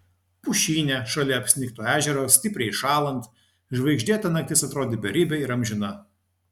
pušyne šalia apsnigto ežero stipriai šąlant žvaigždėta naktis atrodė beribė ir amžina